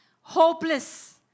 Hopeless